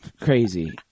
Crazy